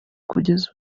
kugeza